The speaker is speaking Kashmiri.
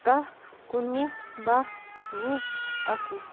کاہ کُنوُہ باہ وُہ اَکوُہ